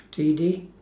T_D